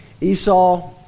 Esau